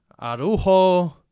Arujo